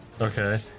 okay